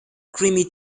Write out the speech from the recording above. creamy